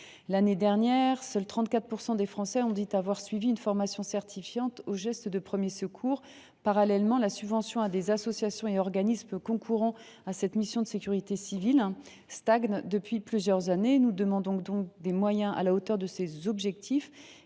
L’année dernière, seuls 34 % des Français ont indiqué avoir suivi une formation certifiante aux gestes de premiers secours. Parallèlement, la subvention aux associations et aux organismes concourant à cette mission de sécurité civile stagne depuis plusieurs années. Nous demandons donc des moyens à la hauteur de ces objectifs.